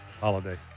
holiday